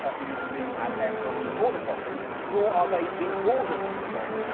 ah who you'll see at airports and border crossings, nor are they the borders patrol,